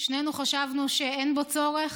שנינו חשבנו שאין בו צורך.